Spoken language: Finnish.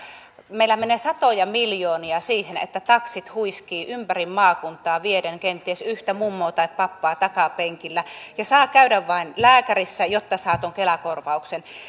meillä menee satoja miljoonia siihen että taksit huiskivat ympäri maakuntaa vieden kenties yhtä mummoa tai pappaa takapenkillä ja saa käydä vain lääkärissä jotta saa tuon kela korvauksen